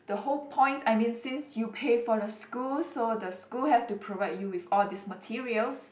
the whole point I mean since you pay for the school so the school have to provide you with all these materials